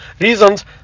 reasons